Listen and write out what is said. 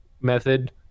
method